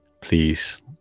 please